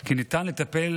כי ניתן לטפל